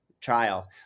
trial